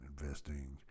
investing